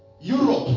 Europe